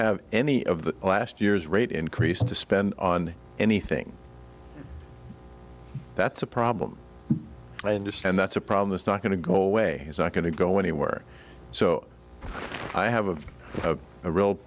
have any of the last year's rate increase to spend on anything that's a problem i understand that's a problem that's not going to go away it's not going to go anywhere so i have a real